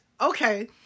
Okay